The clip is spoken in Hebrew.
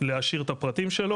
להשאיר את הפרטים שלו.